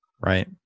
Right